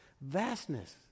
vastness